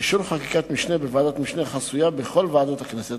אישור חקיקת משנה בוועדת משנה חסויה בכל ועדות הכנסת,